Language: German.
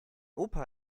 opa